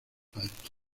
alto